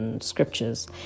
scriptures